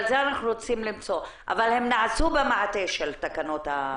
אבל הם נעשו במעטה של התקש"ח,